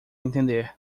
entender